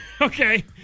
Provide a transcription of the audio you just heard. okay